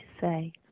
say